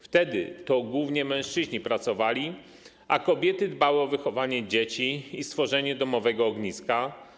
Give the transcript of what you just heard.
Wtedy to głównie mężczyźni pracowali, a kobiety dbały o wychowanie dzieci i stworzenie domowego ogniska.